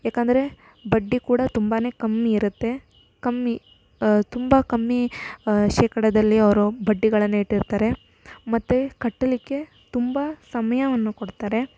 ಯಾಕಂದರೆ ಬಡ್ಡಿ ಕೂಡ ತುಂಬಾ ಕಮ್ಮಿ ಇರುತ್ತೆ ಕಮ್ಮಿ ತುಂಬ ಕಮ್ಮಿ ಶೇಕಡದಲ್ಲಿ ಅವರು ಬಡ್ಡಿಗಳನ್ನ ಇಟ್ಟಿರ್ತಾರೆ ಮತ್ತು ಕಟ್ಟಲಿಕ್ಕೆ ತುಂಬ ಸಮಯವನ್ನು ಕೊಡ್ತಾರೆ